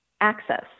access